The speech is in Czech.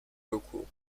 ruku